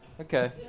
Okay